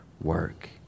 work